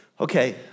Okay